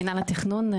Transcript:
מינהל התכנון,